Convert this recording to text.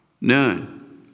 None